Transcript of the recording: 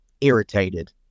irritated